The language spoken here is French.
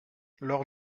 lors